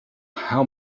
how